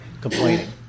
complaining